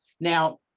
Now